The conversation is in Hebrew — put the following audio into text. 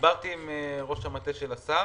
דיברתי עם ראש מטה השר.